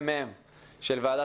מרכז המחקר והמידע של הכנסת